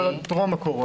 אני מדבר על טרום הקורונה.